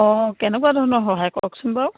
অঁ কেনেকুৱা ধৰণৰ সহায় কওকচোন বাৰু